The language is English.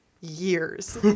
years